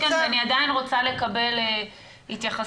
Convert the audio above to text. כאן ואני עדיין רוצה לקבל התייחסות לסקר הסרולוגי.